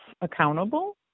accountable